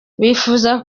bifuza